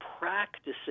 practicing